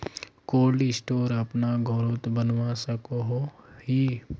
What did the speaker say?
Cold store अपना घोरोत बनवा सकोहो ही?